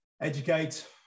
educate